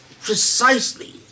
precisely